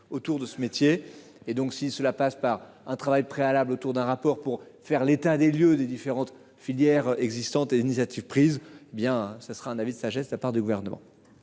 autour de ce métier et donc si cela passe par un travail préalable autour d'un rapport pour faire l'état des lieux des différentes filières existantes et initiatives prises bien ça sera un avis de sagesse la part du gouvernement.